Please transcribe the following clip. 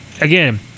again